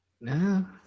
No